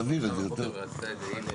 תבהיר את זה יותר.